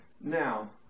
Now